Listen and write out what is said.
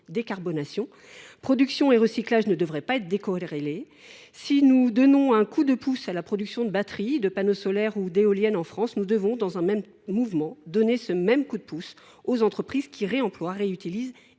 décarbonation. Production et recyclage ne devraient pas être décorrélés. Si nous donnons un coup de pouce à la production de batteries, de panneaux solaires ou d’éoliennes en France, nous devons d’un même mouvement donner un coup de pouce similaire aux entreprises qui réemploient, réutilisent